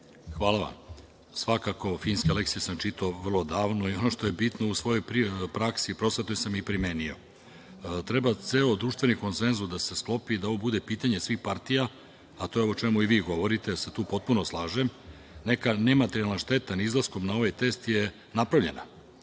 Hvala vam. Svakako finske lekcije sam čitao vrlo davno i ono što je bitno u svojoj privatnoj praksi prosvetnoj sam i primenio. Treba ceo društveni konsenzus da se sklopi i da ovo bude pitanje svih partija, a to je ovo o čemu i vi govorite, i tu se potpuno slažem. Neka nematerijalna šteta ne izlaskom na ovaj test je napravljena.